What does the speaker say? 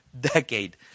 decade